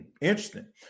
interesting